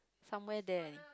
somewhere there